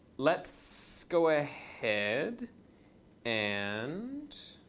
let's go ahead and